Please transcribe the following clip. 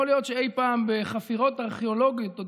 יכול להיות שאי פעם בחפירות ארכיאולוגיות עוד